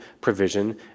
provision